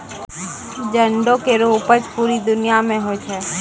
जंडो केरो उपज पूरे दुनिया म होय छै